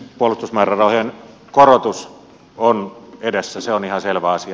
puolustusmäärärahojen korotus on edessä se on ihan selvä asia